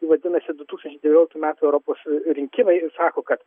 vadinasi du tūkstančiai devynioliktų metų europos rinkimai sako kad